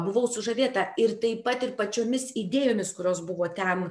buvau sužavėta ir taip pat ir pačiomis idėjomis kurios buvo ten